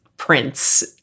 prince